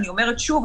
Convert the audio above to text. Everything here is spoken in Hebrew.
אני אומרת שוב,